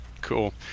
cool